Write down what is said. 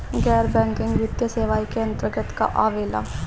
गैर बैंकिंग वित्तीय सेवाए के अन्तरगत का का आवेला?